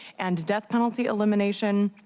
and death penalty elimination,